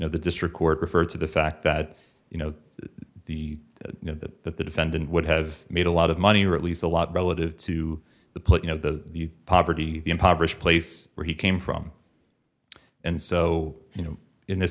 know the district court referred to the fact that you know the you know that that the defendant would have made a lot of money or at least a lot relative to the put you know the poverty the impoverished place where he came from and so you know in this